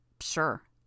Sure